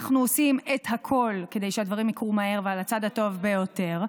אנחנו עושים את הכול כדי שהדברים יקרו מהר ועל הצד הטוב ביותר.